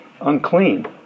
unclean